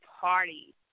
party